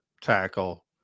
tackle